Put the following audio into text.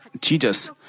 Jesus